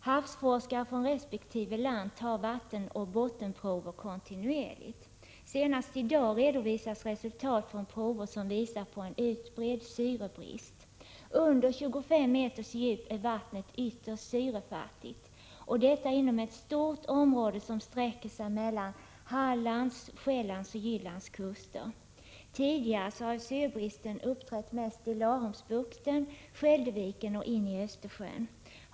Havsforskare från resp. land tar vattenoch bottenprover kontinuerligt. Senast i dag redovisas resultat från prover som visar på en utbredd syrebrist. På mer än tjugofem meters djup är vattnet ytterst syrefattigt, och det gäller inom ett stort område mellan Hallands, Själlands och Jyllands kuster. Tidigare har syrebristen mest uppträtt i Laholmsbukten och Skälderviken samt en bit in i Östersjön.